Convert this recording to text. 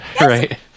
Right